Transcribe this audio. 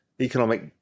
economic